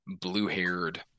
blue-haired